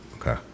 Okay